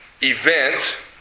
event